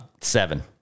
seven